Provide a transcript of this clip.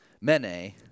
Mene